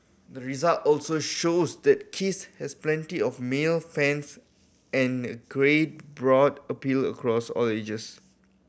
the result also shows that Kiss has plenty of male fans and a great broad appeal across all ages